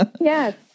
Yes